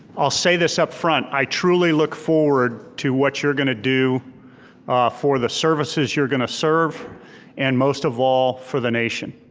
i'll say this up front, i truly look forward to what you're gonna do for the services you're gonna serve and most of all, for the nation.